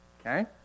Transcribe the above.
Okay